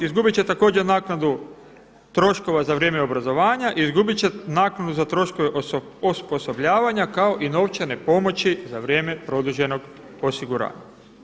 Izgubiti će također naknadu troškova za vrijeme obrazovanja i izgubiti će naknadu za troškove osposobljavanja kao i novčane pomoći za vrijeme produženog osiguranja.